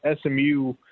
SMU